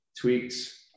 tweaks